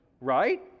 right